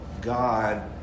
God